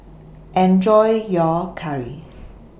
Enjoy your Curry